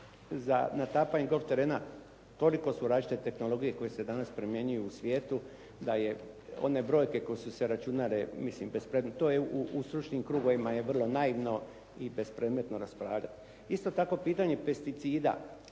za natapanje tog terena toliko su različite tehnologije koje se danas primjenjuju u svijetu da one brojke koje su se računale, to je u stručnim krugovima vrlo naivno i bespredmetno raspravljati. Isto tako, pitanje pesticida.